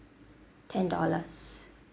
ten dollars